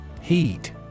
Heat